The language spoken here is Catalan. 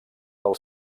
del